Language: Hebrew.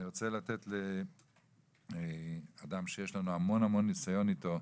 אני רוצה לתת לאדם שיש לנו המון המון ניסיון אתו,